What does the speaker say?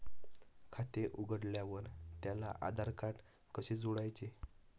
खाते उघडल्यावर त्याला आधारकार्ड कसे जोडायचे?